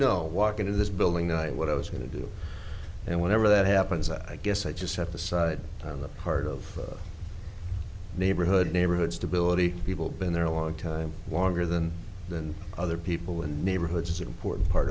know walk into this building i know what i was going to do and whenever that happens i guess i just have to side on the part of neighborhood neighborhood stability people been there a long time warmer than than other people and neighborhoods is an important part